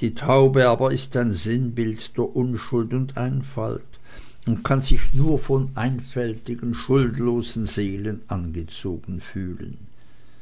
die taube aber ist ein sinnbild der unschuld und einfalt und kann sich nur von einfältigen schuldlosen seelen angezogen fühlen